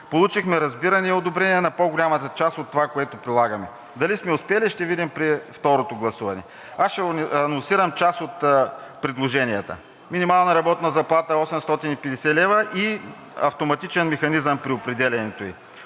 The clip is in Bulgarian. Получихме разбиране и одобрение на по-голямата част от това, което прилагаме. Дали сме успели, ще видим при второто гласуване. Аз ще анонсирам част от предложенията. Минимална работна заплата 850 лв. и автоматичен механизъм при определянето ѝ;